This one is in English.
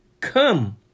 come